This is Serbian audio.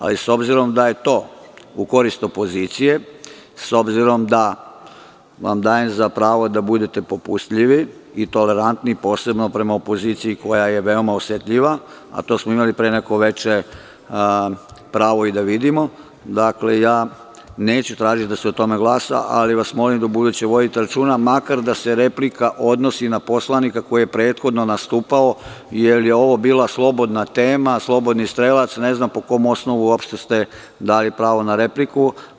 Ali, s obzirom da je to u korist opozicije, s obzirom da vam dajem za pravo da budete popustljivi i tolerantni, posebno prema opoziciji koja je veoma osetljiva, a to smo imali pre neko veče pravo i da vidimo, ja neću tražiti da se o tome glasa, ali vas molim da ubuduće vodite računa, makar da se replika odnosi na poslanika koji je prethodno nastupao, jer je ovo bila slobodna tema, slobodni strelac, ne znam po kom osnovu ste uopšte dali pravo na repliku.